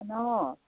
ন